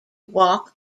walk